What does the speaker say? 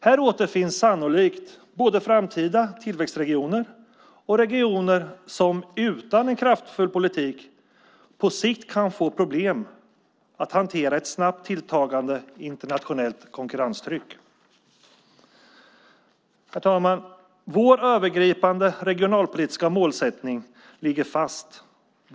Här återfinns sannolikt både framtida tillväxtregioner och regioner som utan en kraftfull politik på sikt kan få problem att hantera ett snabbt tilltagande internationellt konkurrenstryck. Herr talman! Vår övergripande regionalpolitiska målsättning ligger fast.